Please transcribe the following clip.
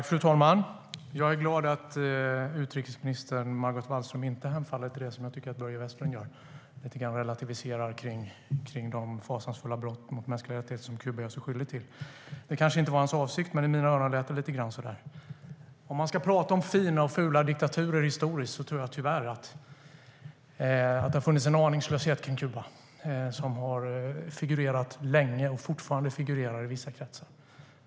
Fru talman! Jag är glad över att utrikesminister Margot Wallström inte hemfaller åt det som Börje Vestlund gör, nämligen att relativisera de fasansfulla brott mot mänskliga rättigheter som Kuba gör sig skyldigt till. Det kanske inte var hans avsikt att göra det, men i mina öron lät det lite på det sättet. Om man ska tala om fina och fula diktaturer historiskt vill jag säga att det länge har funnits en aningslöshet när det gäller Kuba, och den figurerar fortfarande i vissa kretsar.